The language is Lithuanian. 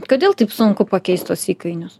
kodėl taip sunku pakeist tuos įkainius